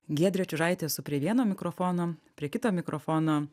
giedrė čiužaitė esu prie vieno mikrofono prie kito mikrofono